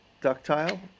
Ductile